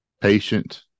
patient